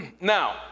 Now